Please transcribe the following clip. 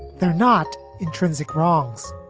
they're not intrinsic wrongs